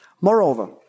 Moreover